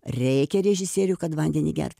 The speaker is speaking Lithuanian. reikia režisierių kad vandenį gert